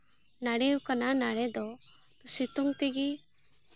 ᱱᱟᱹᱲᱤᱣ ᱠᱟᱱᱟ ᱱᱟᱹᱲᱤ ᱫᱚ ᱥᱤᱛᱩᱝ ᱛᱮᱜᱮ